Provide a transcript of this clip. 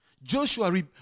Joshua